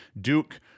Duke